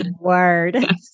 word